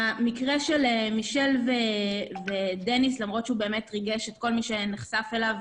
המקרה של מישל ודניס ריגש את כל מי שנחשף אליו,